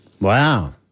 Wow